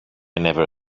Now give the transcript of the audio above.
never